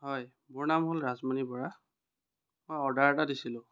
হয় মোৰ নাম হ'ল ৰাজমণি বৰা মই অৰ্ডাৰ এটা দিছিলোঁ